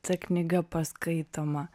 ta knyga paskaitoma